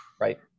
right